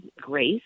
grace